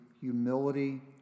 humility